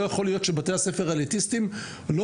לא יכול להיות שבתי הספר האליטיסטיים לא